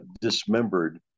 dismembered